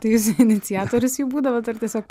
tai jūs iniciatorius jų būdavot ar tiesiog